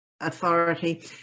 authority